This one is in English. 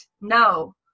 No